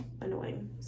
annoying